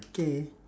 okay